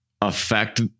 affect